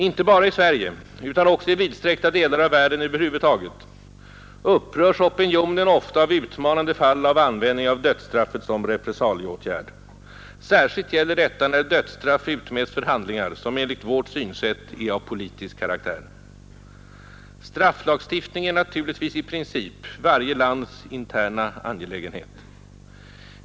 Inte bara i Sverige utan även i vidsträckta delar av världen över huvud taget upprörs opinionen ofta av utmanande fall av användning av dödsstraffet som repressalieåtgärd. Särskilt gäller detta när dödsstraff utmäts för handlingar som enligt vårt synsätt är av politisk karaktär. Strafflagstiftning är naturligtvis i princip varje lands interna angelägenhet.